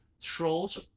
trolls